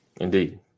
indeed